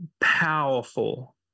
powerful